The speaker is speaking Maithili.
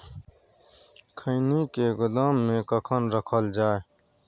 खैनी के गोदाम में कखन रखल जाय?